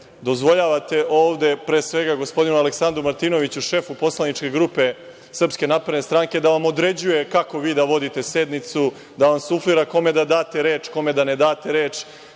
dozvoljavate ovde pre svega gospodinu Aleksandru Martinoviću, šefu Poslaničke grupe SNS da vam određuje kako vi da vodite sednicu, da vam suflira kome da date reč, kome da ne date reč.